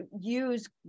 use